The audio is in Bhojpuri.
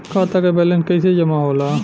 खाता के वैंलेस कइसे जमा होला?